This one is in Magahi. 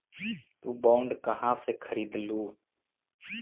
तु बॉन्ड कहा से खरीदलू?